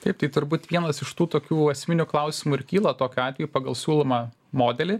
taip tai turbūt vienas iš tų tokių esminių klausimų ir kyla tokiu atveju pagal siūlomą modelį